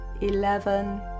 eleven